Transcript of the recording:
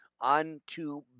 unto